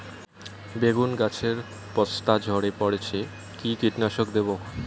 বেগুন গাছের পস্তা ঝরে পড়ছে কি কীটনাশক দেব?